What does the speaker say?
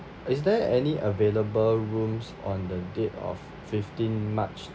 is there any available rooms on the date of fifteen march